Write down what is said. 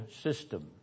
system